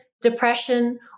depression